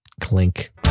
Clink